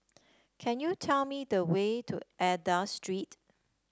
can you tell me the way to Aida Street